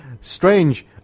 strange